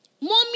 Mommy